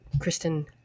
Kristen